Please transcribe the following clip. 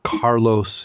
Carlos